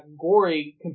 gory